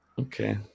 okay